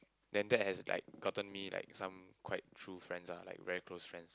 then that is like cotton me like some quite true friends lah like very close friends